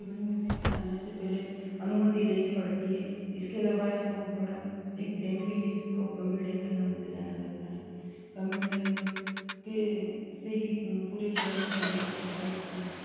त्रिवेणी museum में जाने से पहले अनुमति लेनी पड़ती है इसके अलावा यहाँ बहुत बड़ा एक डेम भी है जिसको गंभीर डेम के नाम से जाना जाता है गंभीर डैम के से ही पूरे शहर में पानी का सप्लाई होता है